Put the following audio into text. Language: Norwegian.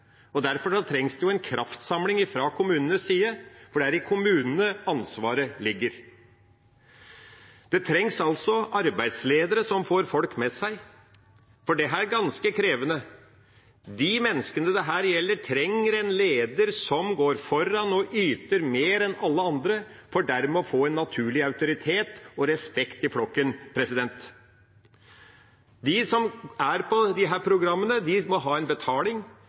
penger. Derfor trengs det en kraftsamling fra kommunenes side, for det er i kommunene ansvaret ligger. Det trengs arbeidsledere som får folk med seg, for dette er ganske krevende. De menneskene dette gjelder, trenger en leder som går foran og yter mer enn alle andre, for dermed å få en naturlig autoritet og respekt i flokken. De som er på disse programmene, må ha en betaling